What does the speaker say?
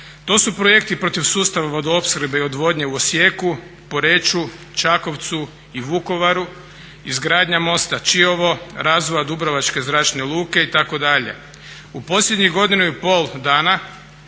To su projekti protiv sustava vodoopskrbe i odvodnje u Osijeku, Poreču, Čakovcu i Vukovaru, izgradnja mosta Čiovo, razvoja Dubrovačke zračne luke itd. U posljednjih godinu i pol dana